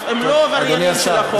הם לא עבריינים של החוק,